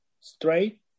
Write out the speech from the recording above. straight